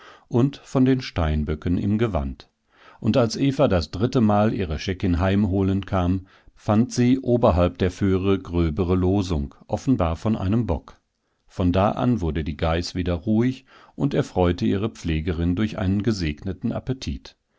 und von den steinböcken im gewand und als eva das dritte mal ihre scheckin heimholen kam fand sie oberhalb der föhre gröbere losung offenbar von einem bock von da an wurde die geiß wieder ruhig und erfreute ihre pflegerin durch einen gesegneten appetit